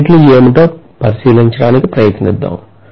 యూనిట్లు ఏమిటో పరిశీలించడానికి ప్రయత్నిద్దాం